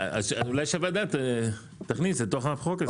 רגע אז אולי שווה לדעת, תכניס לתוך החוק הזה.